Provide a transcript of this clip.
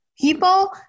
people –